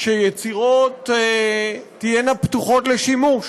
שיצירות תהיינה פתוחות לשימוש.